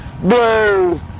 blue